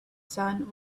sun